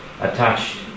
attached